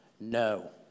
no